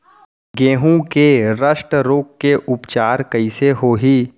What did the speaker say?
गेहूँ के रस्ट रोग के उपचार कइसे होही?